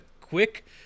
quick